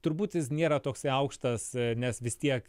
turbūt jis nėra toksai aukštas nes vis tiek